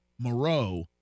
Moreau